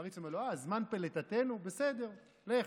הפריץ אומר לו: אה, זמן פליטתנו, בסדר, לך.